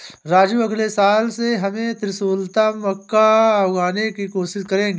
राजू अगले साल से हम त्रिशुलता मक्का उगाने की कोशिश करेंगे